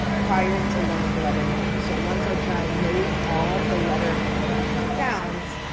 prior to learning letter names, so once our child knows all the letter sounds,